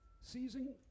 seizing